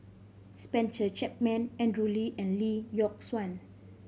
Spencer Chapman Andrew Lee and Lee Yock Suan